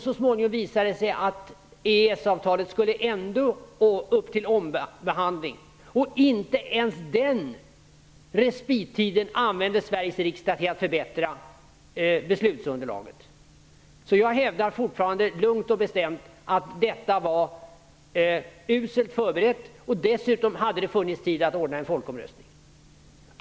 Så småningom visade det sig att EES-avtalet ändå skulle upp till ombehandling. Inte ens den respittiden använde Sveriges riksdag till att förbättra beslutsunderlaget. Jag vidhåller alltså lugnt och bestämt att detta var uselt förberett och att det hade funnits tid för att ordna en folkomröstning.